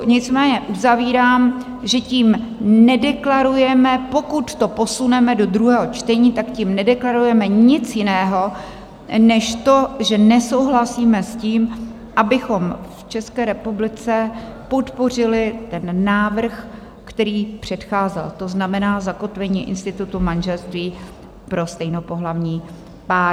Nicméně uzavírám, že tím nedeklarujeme, pokud to posuneme do druhého čtení, tak tím nedeklarujeme nic jiného než to, že nesouhlasíme s tím, abychom v České republice podpořili ten návrh, který předcházel, to znamená zakotvení institutu manželství pro stejnopohlavní páry.